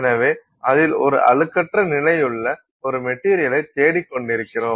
எனவே அதில் ஒரு அழுக்கற்ற நிலை உள்ள ஒரு மெட்டீரியலை தேடிக்கொண்டிருக்கிறோம்